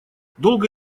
долго